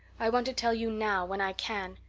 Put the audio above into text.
i want to tell you now when i can.